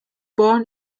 born